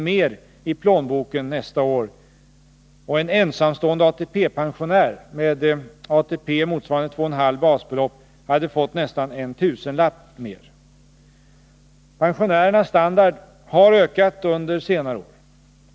mer i plånboken nästa år, och en ensamstående ATP-pensionär med ATP motsvarande 2,5 basbelopp hade fått nästan en tusenlapp mer. Pensionärernas standard har ökat under senare år.